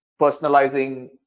personalizing